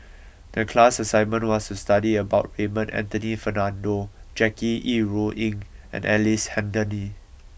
the class assignment was to study about Raymond Anthony Fernando Jackie Yi Ru Ying and Ellice Handly